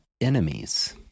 enemies